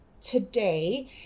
today